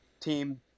team